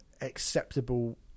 acceptable